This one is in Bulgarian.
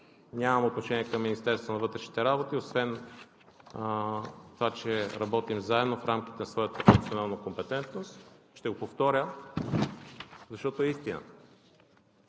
нямам отношение към Министерството на вътрешните работи, освен това, че работим заедно в рамките на своята професионална компетентност. Ще го повторя, защото е истина